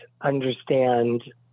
understand